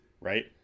Right